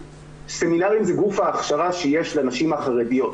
סמינרים זה גוף ההכשרה שיש לנשים החרדיות.